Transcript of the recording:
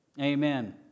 Amen